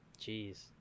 jeez